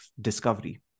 discovery